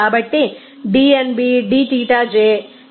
కాబట్టి dnB dξj